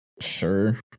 Sure